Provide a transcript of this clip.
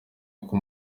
uwo